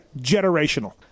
Generational